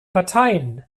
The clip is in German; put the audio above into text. parteien